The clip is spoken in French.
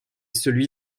celui